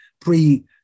pre